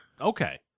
Okay